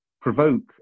provoke